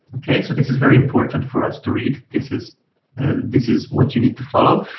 okay, so this is very important for us to read. this is this is what you need to follow.